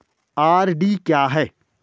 RD क्या है?